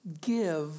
give